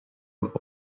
with